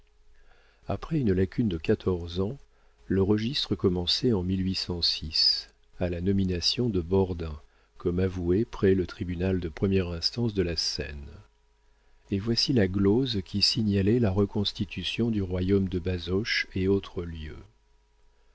après une lacune de quatorze ans le registre commençait en à la nomination de bordin comme avoué près le tribunal de première instance de la seine et voici la glose qui signalait la reconstitution du royaume de basoche et autres lieux